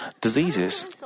diseases